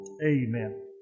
Amen